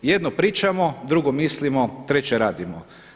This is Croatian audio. Jedno pričamo, drugo mislimo, treće radimo.